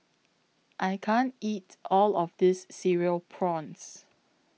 I can't eat All of This Cereal Prawns